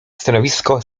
stanowisko